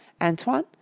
Antoine